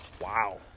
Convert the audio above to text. Wow